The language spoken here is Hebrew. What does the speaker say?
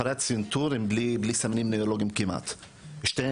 המחויבות שלי זה לתת שירות רפואי נוירולוגי ממש מצוין